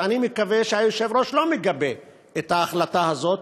מקווה שהיושב-ראש לא מגבה את ההחלטה הזאת,